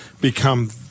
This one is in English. become